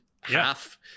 half